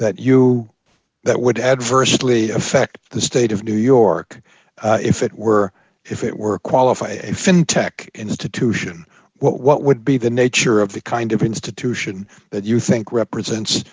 that you that would adversely affect the state of new york if it were if it were a qualified tech institution what what would be the nature of the kind of institution that you think represents